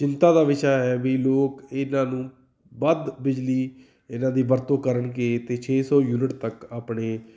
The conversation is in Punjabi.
ਚਿੰਤਾ ਦਾ ਵਿਸ਼ਾ ਹੈ ਵੀ ਲੋਕ ਇਹਨਾਂ ਨੂੰ ਵੱਧ ਬਿਜਲੀ ਇਹਨਾਂ ਦੀ ਵਰਤੋਂ ਕਰਨਗੇ ਅਤੇ ਛੇ ਸੌ ਯੂਨਿਟ ਤੱਕ ਆਪਣੇ